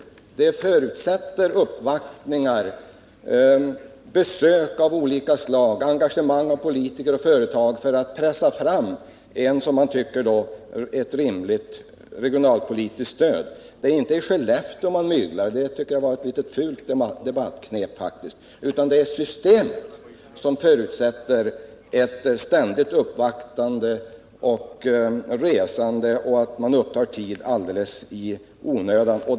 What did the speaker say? Vi får ett system som förutsätter uppvaktningar och besök av olika slag. Det förutsätter engagemang från politiker och företag för att pressa fram ett för varje enskilt fall rimligt regionalpolitiskt stöd. Det är inte i Skellefteå man myglar— att påstå det tycker jag f. ö. var ett fult debattekniskt knep — utan det är systemet som förutsätter ett ständigt uppvaktande och resande och att folk får anslå tid till sådant alldeles i onödan.